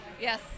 Yes